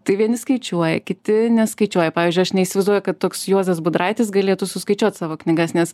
tai vieni skaičiuoja kiti neskaičiuoja pavyzdžiui aš neįsivaizduoju kad toks juozas budraitis galėtų suskaičiuot savo knygas nes